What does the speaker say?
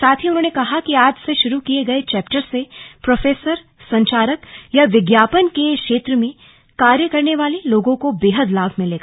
साथ ही उन्होंने कहा कि आज से शुरू किये गये चैप्टर से प्रोफेसर संचारक या विज्ञापन के क्षेत्र में कार्य करने वाले लोगों को बेहद लाभ मिलेगा